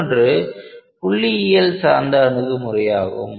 மற்றொன்று புள்ளியியல் சார்ந்த அணுகுமுறையாகும்